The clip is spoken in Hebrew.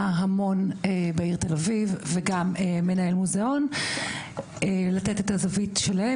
המון בעיר תל אביב וגם מנהל מוזיאון - לתת את הזווית שלהם,